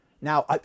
Now